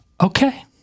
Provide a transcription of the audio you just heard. Okay